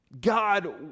God